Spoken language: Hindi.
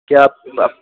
क्या अब अब